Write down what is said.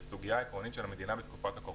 זו סוגיה עקרונית של המדינה בתקופת הקורונה.